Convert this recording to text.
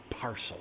parcel